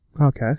Okay